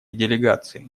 делегации